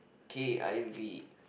k_i_v